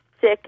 sick